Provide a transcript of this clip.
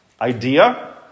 idea